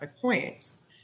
points